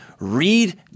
read